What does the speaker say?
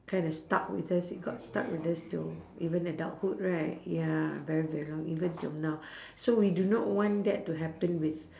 kinda stuck with us it got stuck with us till even adulthood right ya very very long even till now so we do not want that to happen with